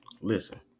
Listen